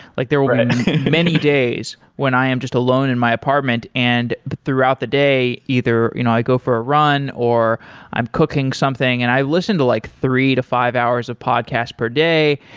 like there will be many days when i am just alone in my apartment, and throughout the day either you know i go for a run or i'm cooking something, and i listen to like three to five hours of podcast per day.